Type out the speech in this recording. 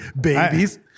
Babies